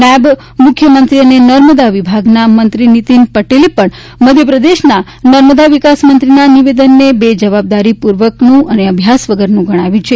નાયબ મુખ્યમંત્રી અને નર્મદા વિભાગના મંત્રી નીતિન પટેલે પણ મધ્યપ્રદેશના નર્મદા વિકાસ મંત્રીના નિવેદનને બેજવાબદારીપૂર્વકનું અભ્યાસ વગરનું ગણાવ્યું છે